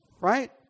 right